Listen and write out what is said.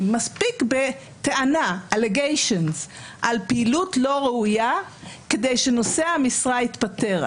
מספיק בטענה על פעילות לא ראויה כדי שנושא המשרה יתפטר.